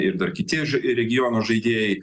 ir dar kiti ž regiono žaidėjai